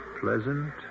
pleasant